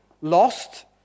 lost